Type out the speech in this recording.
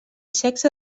sexe